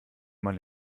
mal